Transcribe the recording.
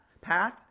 path